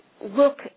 look